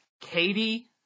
Katie